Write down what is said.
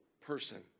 person